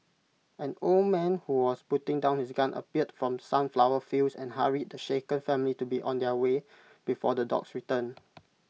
an old man who was putting down his gun appeared from the sunflower fields and hurried the shaken family to be on their way before the dogs return